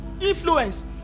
influence